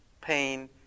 pain